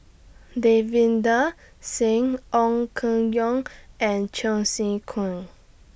Davinder Singh Ong Keng Yong and Cheong Sen Keong